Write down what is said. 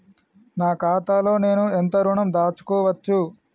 నా ఖాతాలో నేను ఎంత ఋణం దాచుకోవచ్చు?